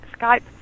Skype